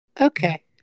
Okay